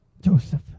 joseph